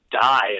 die